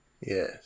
Yes